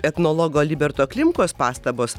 etnologo liberto klimkos pastabos